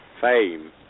fame